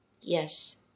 yes